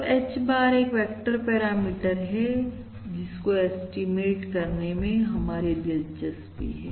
तो H bar एक vector parameter है जिसको एस्टीमेट करने में हमारी दिलचस्पी है